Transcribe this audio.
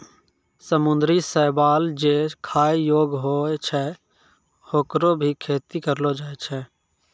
समुद्री शैवाल जे खाय योग्य होय छै, होकरो भी खेती करलो जाय छै